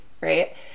right